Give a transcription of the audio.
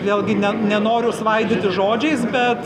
vėlgi ne nenoriu svaidytis žodžiais bet